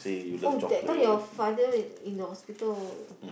oh that time your father in in the hospital